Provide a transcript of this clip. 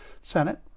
Senate